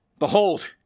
Behold